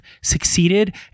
succeeded